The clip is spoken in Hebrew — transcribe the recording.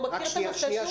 הוא מכיר את הנושא,